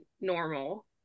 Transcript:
normal